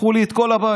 הפכו לי את כל הבית.